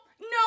no